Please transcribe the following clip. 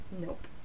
Nope